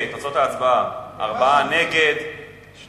ההצעה שלא לכלול את הנושא בסדר-היום של הכנסת נתקבלה.